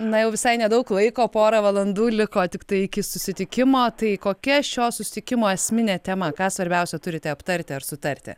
na jau visai nedaug laiko pora valandų liko tiktai iki susitikimo tai kokia šio susitikimo esminė tema ką svarbiausia turite aptarti ar sutarti